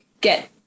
get